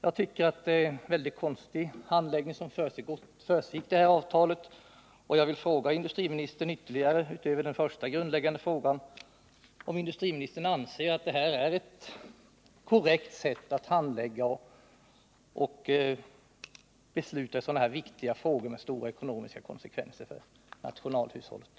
Jag tycker således att det är en väldigt konstig handläggning som föregått det här avtalet, och jag vill utöver den första grundläggande frågan ställa ytterligare en fråga till energiministern: Anser energiministern att detta är ett korrekt sätt att handlägga och besluta i sådana viktiga frågor som det här gäller med så stora ekonomiska konsekvenser för nationalhushållet?